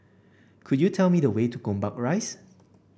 could you tell me the way to Gombak Rise